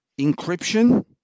encryption